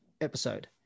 episode